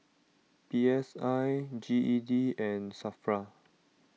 P S I G E D and Safra